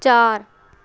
ਚਾਰ